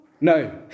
No